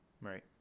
Right